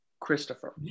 Christopher